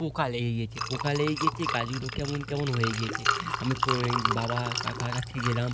পোকা লেগে গিয়েছে পোকা লেগে গিয়েছে গাছগুলো কেমন কেমন হয়ে গিয়েছে আমি পোই বাবা কাকার কাছে গেলাম